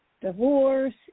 divorce